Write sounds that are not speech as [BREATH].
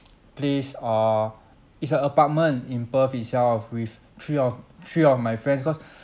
[NOISE] place or it's a apartment in perth itself with three of three of my friends cause [BREATH]